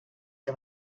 que